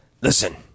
listen